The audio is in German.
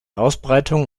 ausbreitung